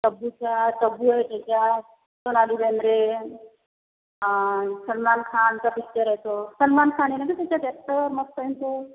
तब्बूचा तब्बू आहे त्याच्यात सोनाली बेंद्रे आणि सलमान खानचा पिच्चर आहे तो सलमान खाण आहे नं गं त्याच्यात ॲक्टर मग काय तर